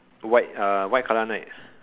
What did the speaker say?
white uh white colour [one] right